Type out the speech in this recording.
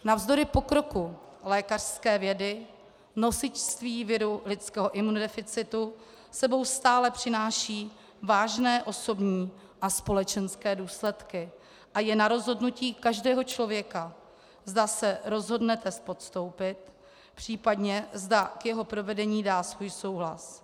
Navzdory pokroku lékařské vědy nosičství viru lidského imunodeficitu s sebou stále přináší vážné osobní a společenské důsledky a je na rozhodnutí každého člověka, zda se rozhodne test podstoupit, případně zda k jeho provedení dá svůj souhlas.